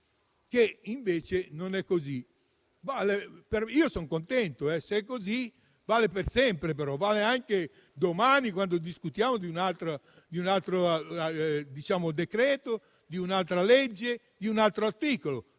che invece non è così. Io ne sono contento, ma se è così vale sempre, anche domani, quando discuteremo di un altro decreto, di un'altra legge, di un altro articolo,